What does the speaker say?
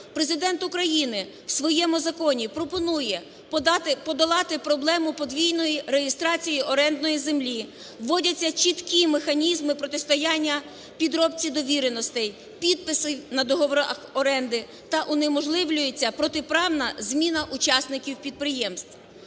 Президент України в своєму законі пропонує подолати проблему подвійної реєстрації орендної землі, вводяться чіткі механізми протистояння підробці довіреностей, підписів на договорах оренди та унеможливлюється протиправна зміна учасників підприємств.